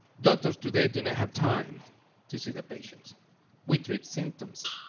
doctors today do not have time to see the patients with the symptoms,